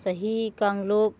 ꯆꯍꯤ ꯀꯥꯡꯂꯨꯞ